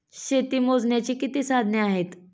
शेती मोजण्याची किती साधने आहेत?